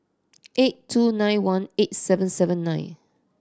eight two nine one eight seven seven nine